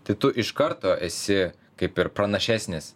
tai tu iš karto esi kaip ir pranašesnis